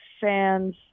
fans